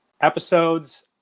episodes